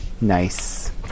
Nice